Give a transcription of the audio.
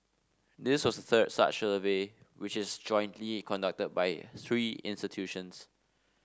this was third such survey which is jointly conducted by three institutions